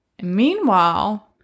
Meanwhile